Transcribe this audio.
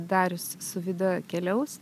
darius su vida keliaus